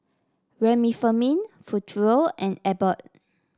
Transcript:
Remifemin Futuro and Abbott